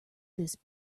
this